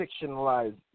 fictionalized